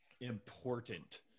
important